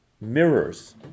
mirrors